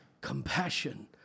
Compassion